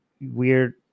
weird